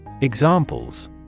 Examples